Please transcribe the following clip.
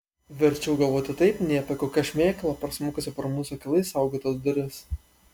verčiau galvoti taip nei apie kokią šmėklą prasmukusią pro mūsų akylai saugotas duris